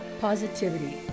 positivity